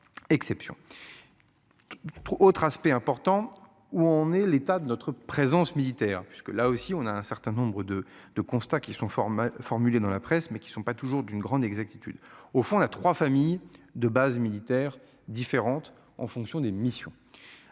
Autre aspect important où on est l'état de notre présence militaire puisque là aussi on a un certain nombre de de constats qui sont format formulées dans la presse mais qui sont pas toujours d'une grande exactitude au fond la trois familles de bases militaires différentes en fonction des missions.